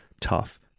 tough